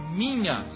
minha